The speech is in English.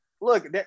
Look